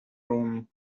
room